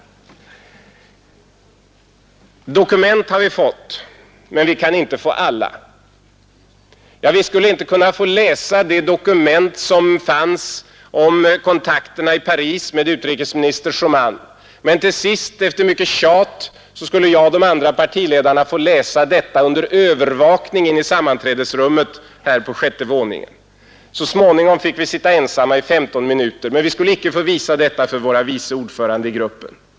Dokument har vi fått, men vi kan inte få alla. Vi skulle inte kunna få läsa de dokument som fanns om kontakterna i Paris med utrikesminister Schumann. Men till sist efter mycket tjat skulle jag och de andra partiledarna få läsa detta under övervakning i sammanträdesrummet här på sjätte våningen. Så småningom fick vi sitta ensamma i 15 minuter, men vi skulle icke få visa detta för våra vice ordförande i grupperna.